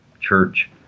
Church